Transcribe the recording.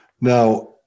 Now